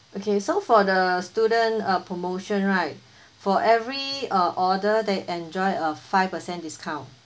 okay so for the student uh promotion right for every uh order they enjoy a five percent discount